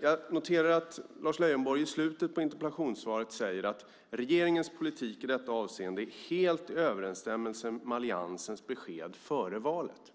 Jag noterar att Lars Leijonborg i slutet av interpellationssvaret säger att regeringens politik i detta avseende är helt i överensstämmelse med alliansens besked före valet.